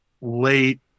late